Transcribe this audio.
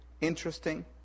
interesting